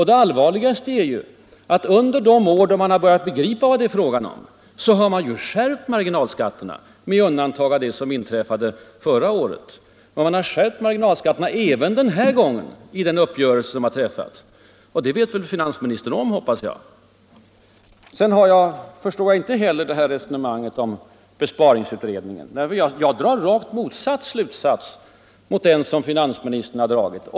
Det allvarligaste är att under de år då man har börjat begripa vad det är fråga om, har man skärpt marginalskatterna, med undantag av förra året. Man har skärpt marginalskatterna även i den uppgörelse som nu har träffats. Det vet väl finansministern om, hoppas jag. Jag förstår inte heller resonemanget om besparingsutredningen. Jag drar rakt motsatt slutsats mot den finansministern har dragit.